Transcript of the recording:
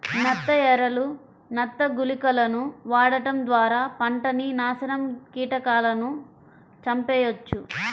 నత్త ఎరలు, నత్త గుళికలను వాడటం ద్వారా పంటని నాశనం కీటకాలను చంపెయ్యొచ్చు